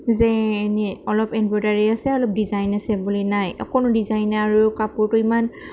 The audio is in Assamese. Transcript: যে অলপ এমব্ৰইডাৰী আছে অলপ ডিজাইন আছে বুলি নাই অকনো ডিজাইন নাই আৰু কাপোৰটো ইমান